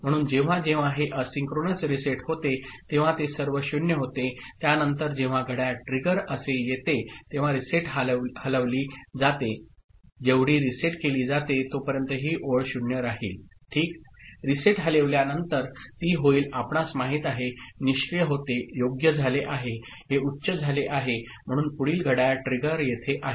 म्हणून जेव्हा जेव्हा हे एसिन्क्रोनस रीसेट होते तेव्हा ते सर्व 0 होते त्यानंतर जेव्हा घड्याळ ट्रिगर असे येते तेव्हा रीसेट हलविली जाते जेवढी रीसेट केली जाते तोपर्यंत ही ओळ 0 राहील ठीक रीसेट हलविल्यानंतर ती होईल आपणास माहित आहे निष्क्रिय होते योग्य झाले आहे हे उच्च झाले आहे म्हणून पुढील घड्याळ ट्रिगर येथे आहे